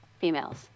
females